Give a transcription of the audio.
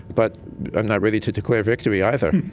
but i'm not ready to declare victory either.